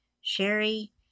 Sherry